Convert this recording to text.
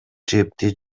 жэбди